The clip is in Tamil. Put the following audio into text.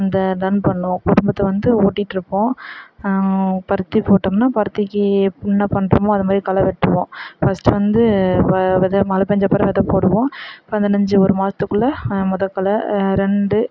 அந்த ரன் பண்ணோம் குடும்பத்தை வந்து ஓட்டிட்டு இருப்போம் பருத்தி போட்டோம்னால் பருத்திக்கு என்ன பண்ணுறோமோ அது மாதிரி களை வெட்டுவோம் ஃபஸ்ட்டு வந்து வெதை மழை பெஞ்ச அப்புறம் வெதை போடுவோம் பதினஞ்சி ஒரு மாதத்துக்குள்ள மொதல் களை ரெண்டு